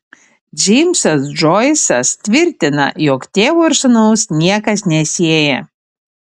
džeimsas džoisas tvirtina jog tėvo ir sūnaus niekas nesieja